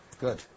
Good